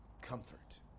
comfort